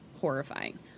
horrifying